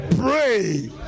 pray